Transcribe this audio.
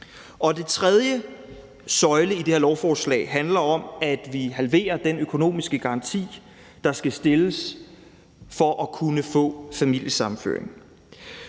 Den tredje søjle i det her lovforslag handler om, at vi halverer den økonomiske garanti, der skal stilles for at kunne få familiesammenføring.